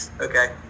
okay